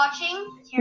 watching